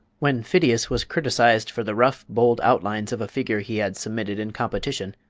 when phidias was criticised for the rough, bold outlines of a figure he had submitted in competition,